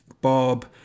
bob